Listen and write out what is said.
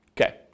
Okay